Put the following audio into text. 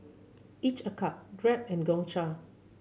Each a Cup Grab and Gongcha